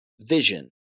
vision